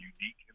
unique